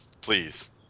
please